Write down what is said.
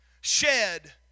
shed